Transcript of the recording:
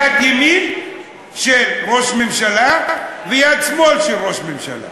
יד ימין של ראש הממשלה ויד שמאל של ראש הממשלה.